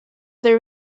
there